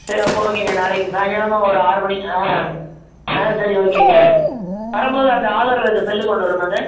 சரி அப்போ ஓகேங்க நாளைக்குக் சாயங்காலமா ஒரு ஆறு மணி ஆ ஆ சரி ஓகேங்க வரும்போது அந்த ஆதாரில் இருக்கிற செல்லு கொண்டு வரணுமாங்க